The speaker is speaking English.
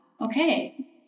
Okay